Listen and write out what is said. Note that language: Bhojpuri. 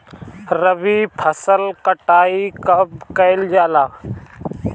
रबी फसल मे कटाई कब कइल जाला?